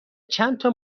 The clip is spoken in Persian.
چندتا